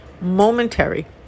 momentary